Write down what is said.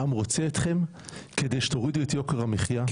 העם רוצה אתכם כדי שתורידו את יוקר המחיה,